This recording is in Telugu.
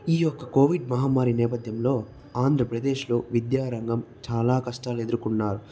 ఈ యొక్క కోవిడ్ మహమ్మారి నేపథ్యంలో ఆంధ్రప్రదేశ్లో విద్యారంగం చాలా కష్టాలు ఎదుర్కొన్నారు